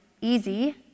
easy